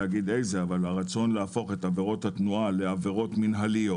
הרצון להפוך את עבירות התנועה למינהליות,